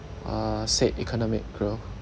uh said economic growth